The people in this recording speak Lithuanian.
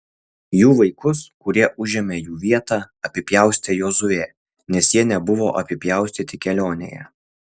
jų vaikus kurie užėmė jų vietą apipjaustė jozuė nes jie nebuvo apipjaustyti kelionėje